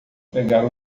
pegar